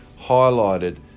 highlighted